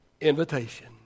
invitation